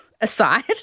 aside